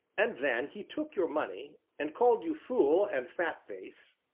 and then he took your money, and called you fool and fatface,